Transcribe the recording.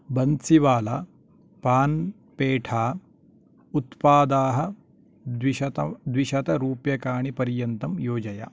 बन्सिवाला पान् पेठा उत्पादाः द्विशत द्विशतरूप्यकाणि पर्यन्तं योजय